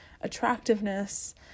attractiveness